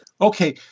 Okay